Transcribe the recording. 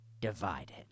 divided